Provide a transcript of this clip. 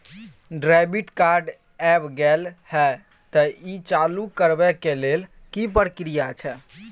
Debit card ऐब गेल हैं त ई चालू करबा के लेल की प्रक्रिया छै?